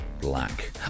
Black